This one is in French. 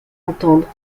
entendre